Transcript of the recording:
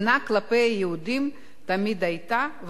שנאה כלפי היהודים תמיד היתה,